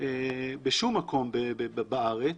בשום מקום בארץ,